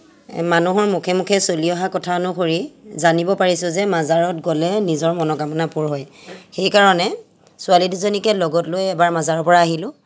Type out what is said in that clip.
মানুহৰ মুখে মুখে চলি অহা কথা অনুসৰি জানিব পাৰিছোঁ যে মাজাৰত গ'লে নিজৰ মনোকামনা পূৰ হয় সেইকাৰণে ছোৱালী দুজনীকে লগত লৈ এবাৰ মাজাৰৰ পৰা আহিলোঁ